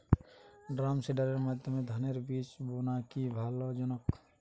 ড্রামসিডারের মাধ্যমে ধানের বীজ বোনা কি লাভজনক?